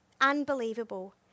unbelievable